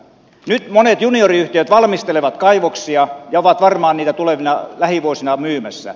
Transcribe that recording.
nyt monet junioriyhtiöt valmistelevat kaivoksia ja ovat varmaan niitä tulevina lähivuosina myymässä